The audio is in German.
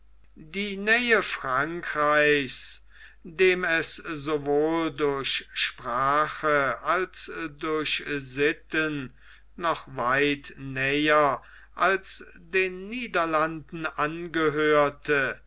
die nähe frankreichs dem es sowohl durch sprache als durch sitten noch weit näher als den niederlanden angehörte